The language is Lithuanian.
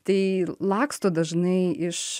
tai laksto dažnai iš